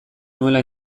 nuela